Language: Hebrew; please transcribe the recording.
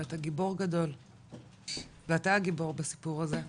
ואתה גיבור גדול ואתה גיבור בסיפור הזה.